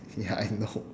ya I know